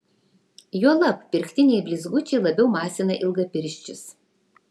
juolab pirktiniai blizgučiai labiau masina ilgapirščius